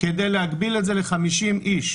כי אנחנו מגבילים את זה ל-50 איש.